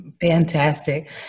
Fantastic